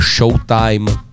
Showtime